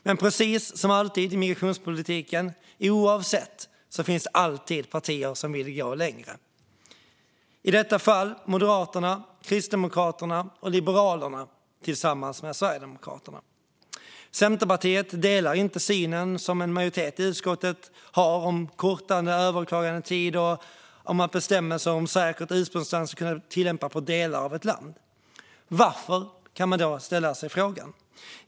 Men precis som alltid i migrationspolitiken finns det partier som vill gå längre. I detta fall är det Moderaterna, Kristdemokraterna och Liberalerna tillsammans med Sverigedemokraterna. Centerpartiet delar inte utskottsmajoritetens syn på en kortare överklagandetid och att bestämmelser om säkert ursprungsland ska kunna tillämpas på delar av ett land. Varför inte?